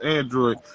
Android